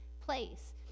place